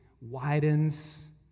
widens